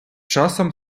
часом